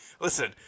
Listen